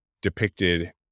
depicted